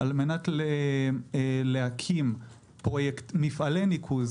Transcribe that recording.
על מנת להקים מפעלי ניקוז.